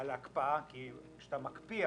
- כשאתה מקפיא,